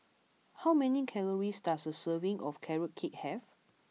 how many calories does a serving of Carrot Cake have